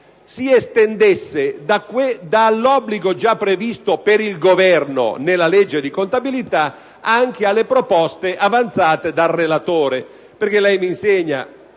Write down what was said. si estendesse da quello già previsto per il Governo nella legge di contabilità anche alle proposte avanzate dal relatore. E lei, signor